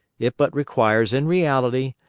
it but requires in reality,